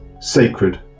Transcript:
sacred